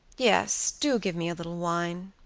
yes, do give me a little wine,